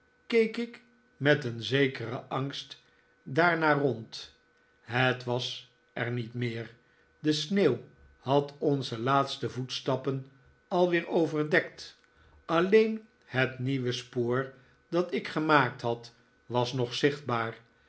keek ik met een zekeren angst daarnaar rond het was er niet meer de sneeuw had onze laatste voetstappen alweer overdekt alleen het nieuwe spoor dat ik gemaakt had was nog zichtbaar